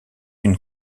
une